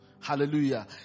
Hallelujah